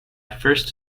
first